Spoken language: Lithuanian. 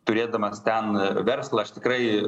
turėdamas ten verslą aš tikrai